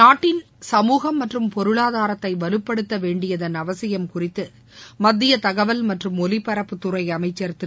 நாட்டின் சமூகம் மற்றும் பொருளாதாரத்தை வலுப்படுத்த வேண்டியதன் அவசியம் குறித்து மத்திய தகவல் மற்றும் ஒலிப்பரப்புத்துறை அமைச்சர் திரு